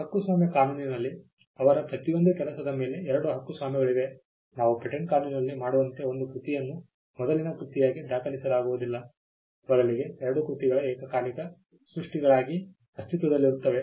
ಹಕ್ಕುಸ್ವಾಮ್ಯ ಕಾನೂನಿನಲ್ಲಿ ಅವರ ಪ್ರತಿಯೊಂದು ಕೆಲಸದ ಮೇಲೆ ಎರಡು ಹಕ್ಕುಸ್ವಾಮ್ಯಗಳಿವೆ ನಾವು ಪೇಟೆಂಟ್ ಕಾನೂನಿನಲ್ಲಿ ಮಾಡುವಂತೆ ಒಂದು ಕೃತಿಯನ್ನು ಮೊದಲಿನ ಕೃತಿಯಾಗಿ ದಾಖಲಿಸಲಾಗುವುದಿಲ್ಲ ಬದಲಿಗೆ ಎರಡೂ ಕೃತಿಗಳು ಏಕಕಾಲಿಕ ಸೃಷ್ಟಿಗಳಾಗಿ ಅಸ್ತಿತ್ವದಲ್ಲಿರುತ್ತವೆ